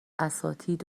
اساتید